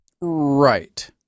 Right